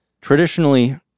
traditionally